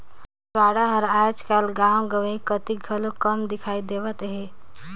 गाड़ा हर आएज काएल गाँव गंवई कती घलो कम दिखई देवत हे